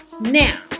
Now